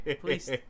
Please